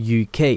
UK